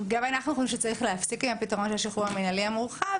גם אנחנו חושבים שצריך להפסיק עם הפתרון של השחרור המנהלי המורחב